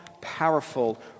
powerful